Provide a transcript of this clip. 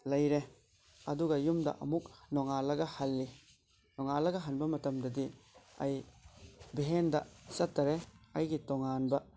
ꯂꯩꯔꯦ ꯑꯗꯨꯒ ꯌꯨꯝꯗ ꯑꯃꯨꯛ ꯅꯣꯡꯉꯥꯜꯂꯒ ꯍꯜꯂꯤ ꯅꯣꯡꯉꯥꯜꯂꯒ ꯍꯟꯕ ꯃꯇꯝꯗꯗꯤ ꯑꯩ ꯚꯦꯟꯗ ꯆꯠꯇꯔꯦ ꯑꯩꯒꯤ ꯇꯣꯉꯥꯟꯕ